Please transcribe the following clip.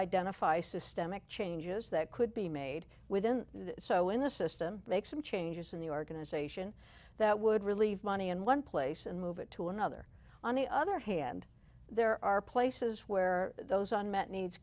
identify systemic changes that could be made within the so in the system make some changes in the organization that would relieve money in one place and move it to another on the other hand there are places where those on met needs